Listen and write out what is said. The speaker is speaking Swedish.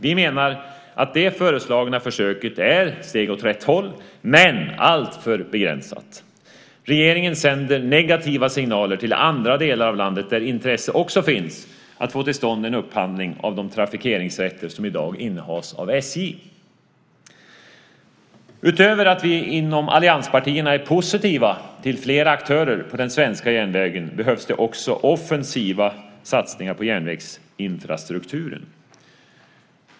Vi menar att det föreslagna försöket är steg åt rätt håll, men alltför begränsat. Regeringen sänder negativa signaler till andra delar av landet där intresse också finns att få till stånd en upphandling av de trafikeringsrätter som i dag innehas av SJ. Utöver att vi inom allianspartierna är positiva till flera aktörer på den svenska järnvägen behövs det också offensiva satsningar på järnvägsinfrastrukturen.